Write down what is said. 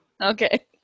Okay